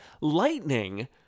lightning